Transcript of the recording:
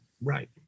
Right